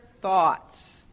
thoughts